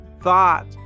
thought